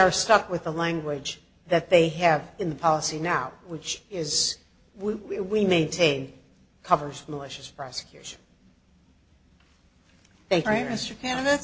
are stuck with the language that they have in the policy now which is we maintain covers malicious prosecution an